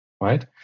right